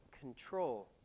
control